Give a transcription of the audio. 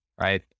right